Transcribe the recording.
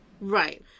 right